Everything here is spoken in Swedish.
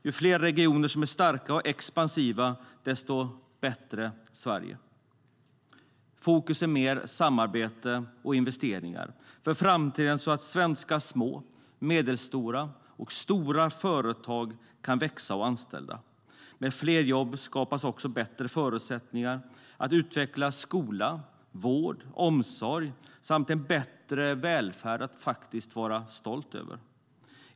Ju fler regioner som är starka och expansiva, desto bättre för Sverige.Fokus ligger på mer samarbete och investeringar för framtiden så att svenska små, medelstora och stora företag kan växa och anställa. Med fler jobb skapas bättre förutsättningar att utveckla skola, vård och omsorg samt en välfärd att vara stolt över.